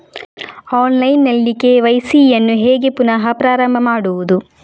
Online ನಲ್ಲಿ KYC ಯನ್ನು ಹೇಗೆ ಪುನಃ ಪ್ರಾರಂಭ ಮಾಡುವುದು?